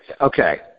Okay